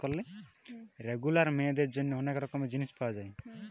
regular মেয়েদের জন্যে অনেক ধরণের জিনিস পায়া যায়